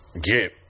get